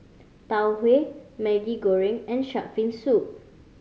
Tau Huay Maggi Goreng and shark fin soup